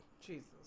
Jesus